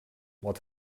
what